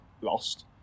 lost